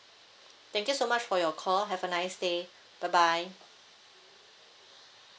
thank you so much for your call have a nice day bye bye